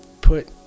put